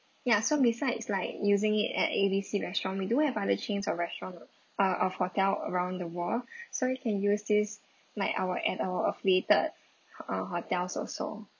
ya so besides like using it at A B C restaurant we do have other chains of restaurant uh of hotel around the world so you can use this like our at our affiliated uh hotels also